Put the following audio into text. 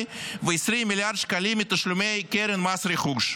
ו-20 מיליארד שקלים מתשלומי קרן מס רכוש.